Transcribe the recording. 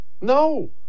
No